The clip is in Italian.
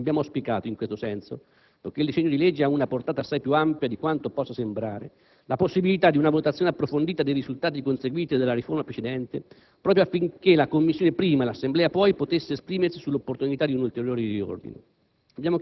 Abbiamo auspicato, in questo senso - poiché il disegno di legge ha una portata assai più ampia di quanto possa sembrare - la possibilità di una valutazione approfondita dei risultati conseguiti dalla riforma precedente proprio affinché la Commissione dapprima, l'Assemblea poi, potesse esprimersi sull'opportunità di un ulteriore riordino.